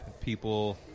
People